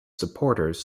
supporters